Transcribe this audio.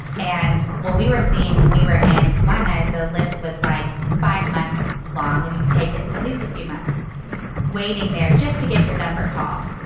and what we were seeing when we were in tijuana is the list was like five months long that you would take it at least a few months waiting there just to get your number called.